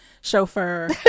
chauffeur